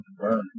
burn